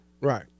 right